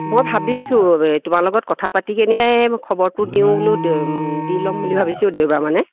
মই ভাবিছোঁ এই তোমাৰ লগত কথা পাতি কেনিয়েই মই খবৰটো দিওঁ বোলো দি ল'ম বুলি ভাবিছোঁ দেওবাৰ মানে